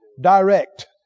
direct